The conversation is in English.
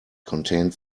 contained